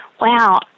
wow